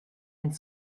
den